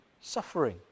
suffering